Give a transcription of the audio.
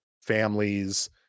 families